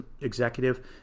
executive